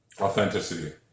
authenticity